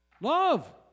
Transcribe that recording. Love